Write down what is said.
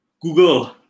Google